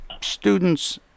students